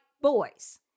Boys